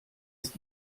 ist